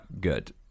good